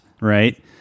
right